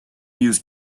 used